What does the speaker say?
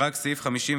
רק סעיף 51,